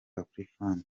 afrifame